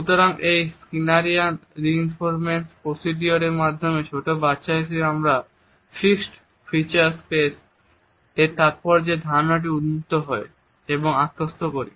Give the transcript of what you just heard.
সুতরাং এই Skinnerian reinforcement procedure এর মাধ্যমে ছোট বাচ্চা হিসেবে আমরা ফিক্সট ফিচার স্পেস এর তাৎপর্যের ধারণাটিতে উন্মুক্ত হই এবং আত্মস্থ করি